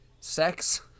sex